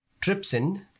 trypsin